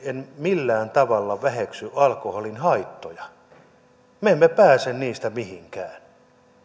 en millään tavalla väheksy alkoholin haittoja me emme pääse niistä mihinkään